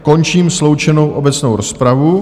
Končím tedy sloučenou obecnou rozpravu.